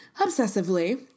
obsessively